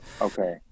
Okay